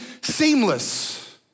seamless